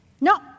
No